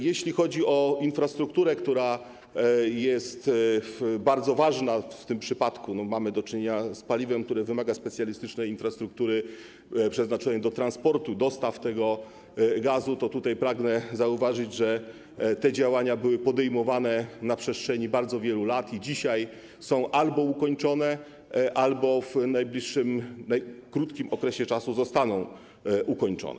Jeśli chodzi o infrastrukturę, która jest bardzo ważna w tym przypadku, bo mamy do czynienia z paliwem, które wymaga specjalistycznej infrastruktury przeznaczonej do jego transportu, do dostaw, to tutaj pragnę zauważyć, że te działania były podejmowane na przestrzeni bardzo wielu lat i dzisiaj są one albo ukończone, albo w najbliższym, w krótkim okresie zostaną ukończone.